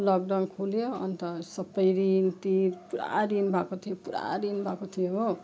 lockdown खुल्यो अन्त सबै ऋण तिर पुरा ऋण भएको थियो पुरा ऋण भएको थियो हो